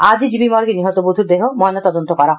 আজ জিবি মর্গে নিহত বধূর দেহ ময়না তদন্ত করা হয়